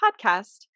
podcast